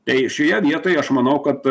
tai šioje vietoj aš manau kad